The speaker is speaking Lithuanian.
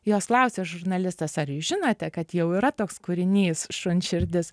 jos klausė žurnalistas ar jūs žinote kad jau yra toks kūrinys šuns širdis